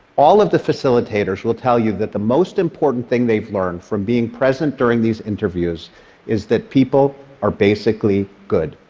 all of the facilitators will tell you that the most important thing they've learned from being present during these interviews is that people are basically good.